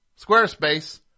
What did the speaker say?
Squarespace